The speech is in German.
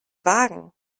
wagen